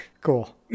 cool